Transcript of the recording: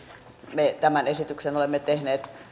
me tämän esityksen olemme tehneet